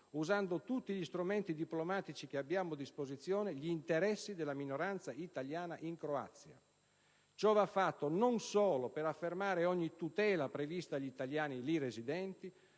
usando tutti gli strumenti diplomatici che abbiamo a disposizione, gli interessi della minoranza italiana in Croazia. Ciò va fatto non solo per affermare ogni tutela prevista agli italiani lì residenti,